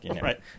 right